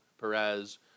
Perez